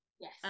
yes